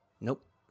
Nope